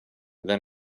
than